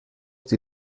die